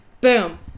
Boom